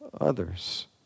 others